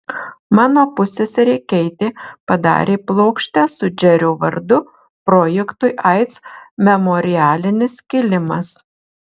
mano pusseserė keitė padarė plokštę su džerio vardu projektui aids memorialinis kilimas